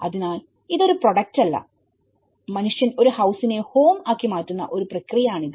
അതിനാൽ ഇത് ഒരു പ്രോഡക്റ്റ് അല്ലമനുഷ്യൻ ഒരു ഹൌസിനെ ഹോം ആക്കി മാറ്റുന്ന ഒരു പ്രക്രിയ ആണിത്